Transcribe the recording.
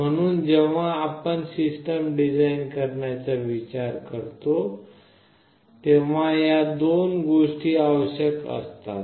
म्हणून जेव्हा आपण सिस्टम डिझाईन करण्याचा विचार करतो तेव्हा या दोन गोष्टी आवश्यक असतात